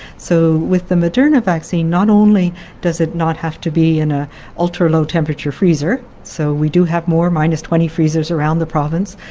so with the moderna vaccine, not only does it not have to be in an ah ultra-low temperature freezer, so we do have more minus twenty freezer around the province,